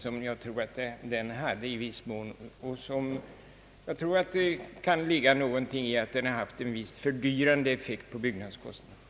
Det ligger därför säkerligen något i påståendet att investeringsavgiften kan ha haft en viss fördyrande effekt på byggnadskostnaderna.